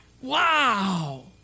Wow